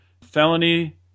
felony